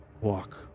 walk